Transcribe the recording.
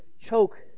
choke